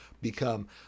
become